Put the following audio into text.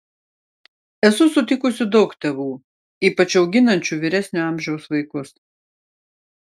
esu sutikusi daug tėvų ypač auginančių vyresnio amžiaus vaikus